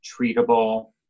treatable